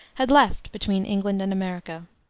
had left between england and america.